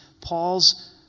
Paul's